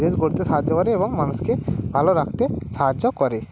দেশ গড়তে সাহায্য করে এবং মানুষকে ভালো রাখতে সাহায্য করে